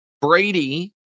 Brady